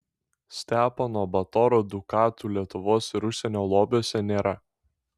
stepono batoro dukatų lietuvos ir užsienio lobiuose nėra